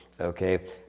okay